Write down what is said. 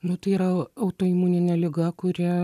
nu tai yra autoimuninė liga kuri